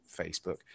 Facebook